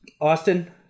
Austin